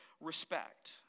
respect